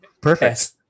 perfect